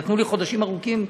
ונתנו לי חודשים ארוכים,